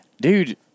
Dude